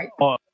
right